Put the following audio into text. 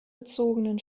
gezogenen